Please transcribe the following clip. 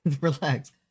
relax